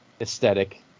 aesthetic